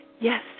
Yes